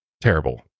terrible